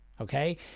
okay